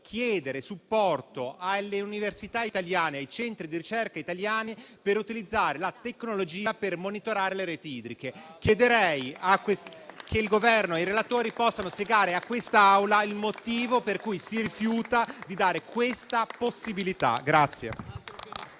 chiedere supporto alle università italiane e ai centri di ricerca italiani per utilizzare la tecnologia per monitorare le reti idriche. Chiedo che il Governo e i relatori possano spiegare a quest'Assemblea il motivo per cui si rifiuta di dare questa possibilità.